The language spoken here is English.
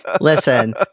Listen